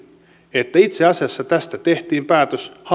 että itse asiassa tästä tehtiin päätös